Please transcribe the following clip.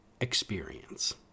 experience